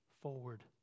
forward